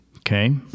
Okay